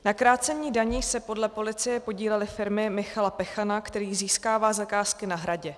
Na krácení daní se podle policie podílely firmy Michala Pechana, který získává zakázky na Hradě.